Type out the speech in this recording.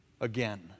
again